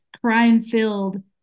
crime-filled